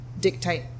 dictate